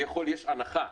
שכביכול יש הנחה,